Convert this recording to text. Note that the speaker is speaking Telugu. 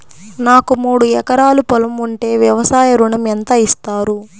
నాకు మూడు ఎకరాలు పొలం ఉంటే వ్యవసాయ ఋణం ఎంత ఇస్తారు?